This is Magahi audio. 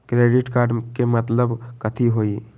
क्रेडिट कार्ड के मतलब कथी होई?